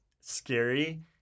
scary